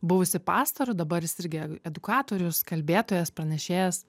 buvusį pastorių dabar jis irgi e edukatorius kalbėtojas pranešėjas